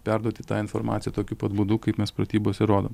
perduoti tą informaciją tokiu pat būdu kaip mes pratybose rodom